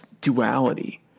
duality